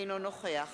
אינו נוכח